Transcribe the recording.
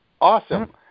awesome